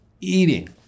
eating